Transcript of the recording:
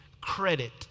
credit